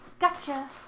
Gotcha